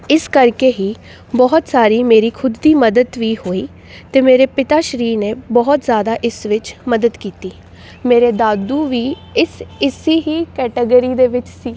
ਇਸ ਕਰਕੇ ਹੀ ਬਹੁਤ ਸਾਰੀ ਮੇਰੀ ਖੁਦ ਦੀ ਮਦਦ ਵੀ ਹੋਈ ਅਤੇ ਮੇਰੇ ਪਿਤਾ ਸ਼੍ਰੀ ਨੇ ਬਹੁਤ ਜ਼ਿਆਦਾ ਇਸ ਵਿੱਚ ਮਦਦ ਕੀਤੀ ਮੇਰੇ ਦਾਦੂ ਵੀ ਇਸ ਇਸ ਹੀ ਕੈਟਾਗਰੀ ਦੇ ਵਿੱਚ ਸੀ